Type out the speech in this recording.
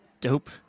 dope